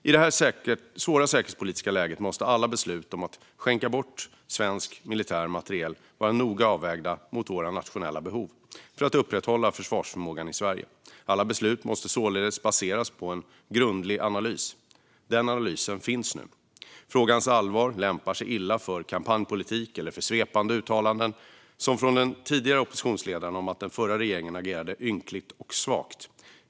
I det här svåra säkerhetspolitiska läget måste alla beslut om att skänka bort svensk militär materiel vara noga avvägda mot våra nationella behov för att upprätthålla försvarsförmågan i Sverige. Alla beslut måste således baseras på en grundlig analys. Den analysen finns nu. Frågans allvar lämpar sig illa för kampanjpolitik eller för svepande uttalanden, som från den tidigare oppositionsledaren om att den förra regeringen agerade "ynkligt och svagt".